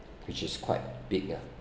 which is quite big ah